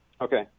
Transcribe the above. Okay